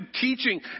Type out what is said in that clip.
teaching